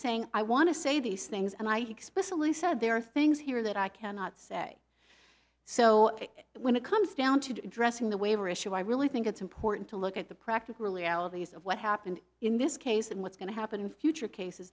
saying i want to say these things and i explicitly said there are things here that i cannot say so when it comes down to addressing the waiver issue i really think it's important to look at the practical realities of what happened in this case and what's going to happen in future cases